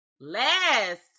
last